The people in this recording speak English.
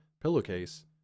pillowcase